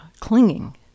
clinging